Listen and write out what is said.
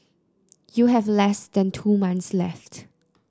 you have less than two months left